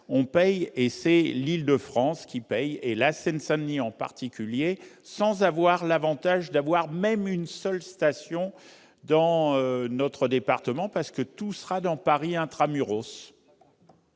on paye et c'est l'Île-de-France qui paye et la Seine-Saint-Denis en particulier sans avoir l'Avantage d'avoir même une seule station dans notre département, parce que tout sera dans Paris intra-muros.